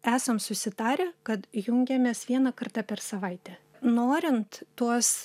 esam susitarę kad jungiamės vieną kartą per savaitę norint tuos